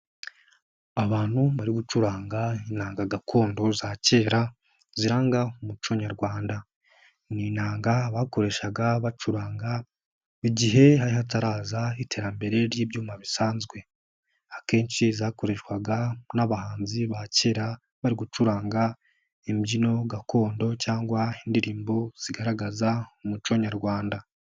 Abantu bari gucuranga inanga gakondo za kera ziranga umuco nyarwanda, ni inanga bakoreshaga bacuranga igihe hari hataraza iterambere ry'ibyuma bisanzwe, akenshi zakoreshwaga n'abahanzi ba kera bari gucuranga imbyino gakondo cyangwa indirimbo zigaragaza umuco nyarwanda.